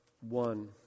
one